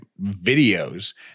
videos